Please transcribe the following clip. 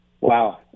Wow